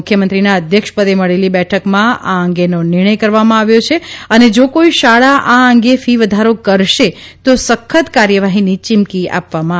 મુખ્યમંત્રીના અધ્યક્ષપદે મળેલી બેઠકમાં આ અંગેનો નિર્ણય કરવામાં આવ્યો છે અને જો કોઈ શાળા આ અંગે ફી વધારો કરશે તો સખત કાર્યવાહીની ચીમકી આપવામાં આવી છે